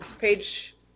Page